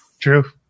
True